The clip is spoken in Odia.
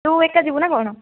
ତୁ ଏକା ଯିବୁ ନା କ'ଣ